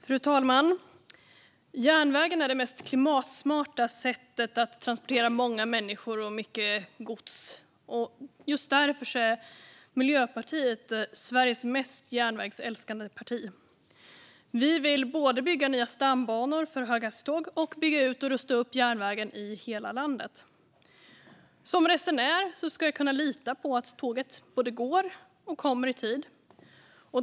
Fru talman! Järnvägen är det mest klimatsmarta sättet att transportera många människor och mycket gods. Just därför är Miljöpartiet Sveriges mest järnvägsälskande parti. Vi vill både bygga nya stambanor för höghastighetståg och bygga ut och rusta upp järnvägen i hela landet. Som resenär ska jag kunna lita på att tåget både går och kommer i tid.